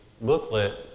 booklet